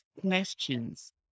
questions